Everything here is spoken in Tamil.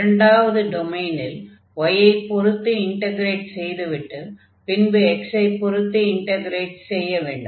இரண்டாவது டொமைனில் y ஐ பொருத்து இன்டக்ரேட் செய்துவிட்டு பின்பு x ஐ பொருத்து இன்டக்ரேட் செய்ய வேண்டும்